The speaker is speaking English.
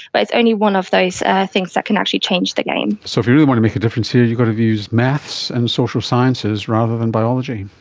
but it's only one of those things that can actually change the game. so if you really want to make a difference here you've got to use maths and social sciences rather than biology.